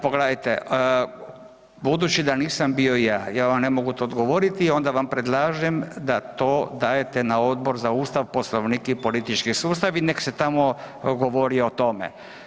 Pogledajte, budući da nisam bio ja, ja vam ne mogu to odgovoriti, onda vam predlažem da to dajete na Odbor za Ustav, Poslovnik i politički sustav i nek se tamo govori o tome.